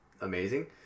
amazing